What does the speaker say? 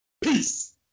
Peace